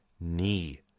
knee